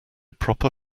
proper